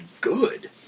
good